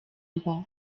mba